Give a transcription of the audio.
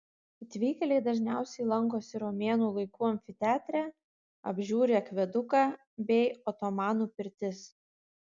atvykėliai dažniausiai lankosi romėnų laikų amfiteatre apžiūri akveduką bei otomanų pirtis